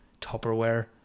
Tupperware